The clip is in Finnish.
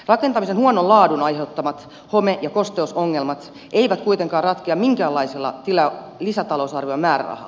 rakentamisen huonon laadun aiheuttamat home ja kosteusongelmat eivät kuitenkaan ratkea minkäänlaisella lisätalousarviomäärärahalla